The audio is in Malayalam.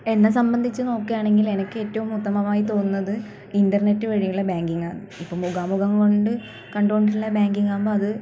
എന്നെ സംബന്ധിച്ച് നോക്കുവാണെങ്കിൽ എനിക്ക് ഏറ്റവും ഉത്തമമായി തോന്നുന്നത് ഇൻ്റർനെറ്റ് വഴിയുള്ള ബാങ്കിങ്ങ് ആണ് ഇപ്പം മുഖാമുഖം കൊണ്ട് കണ്ടുകൊണ്ടുള്ള ബാങ്കിങ്ങ് ആവുമ്പം അത്